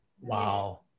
wow